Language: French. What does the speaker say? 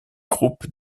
groupes